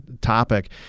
topic